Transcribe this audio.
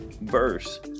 verse